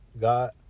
God